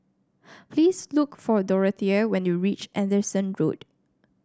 please look for Dorothea when you reach Anderson Road